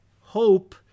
hope